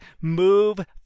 move